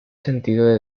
sentido